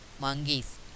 monkeys